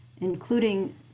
including